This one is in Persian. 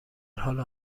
حال